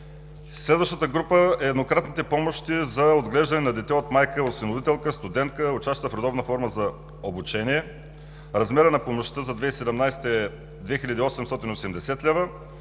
Следващата група еднократни помощи е за оглеждане на дете от майка-осиновителка, студентка, учаща в редовна форма за обучение – размерът за помощта за 2017 г. е 2880 лв.,